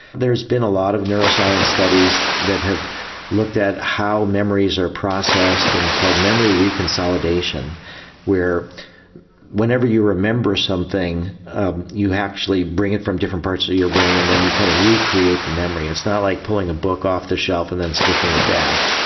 there has been a lot of neuroscience studies that have looked at how memories are processed and it's called memory re-consolidation where whenever you remember something you actually bring it from different parts of your brain and then you kind of recreate the memory. it's not like pulling a book off the shelf and then sticking it back.